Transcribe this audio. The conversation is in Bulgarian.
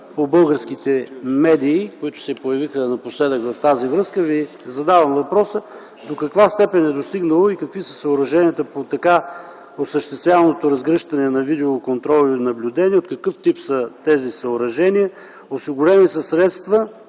по българските медии, които се появиха напоследък в тази връзка, Ви задавам въпроса: до каква степен е достигнала реализацията, какви са съоръженията за така осъществявания видеоконтрол и наблюдение? От какъв тип са тези съоръжения? Осигурени ли са средства